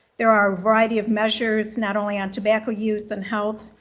there are a variety of measures, not only on tobacco use and health,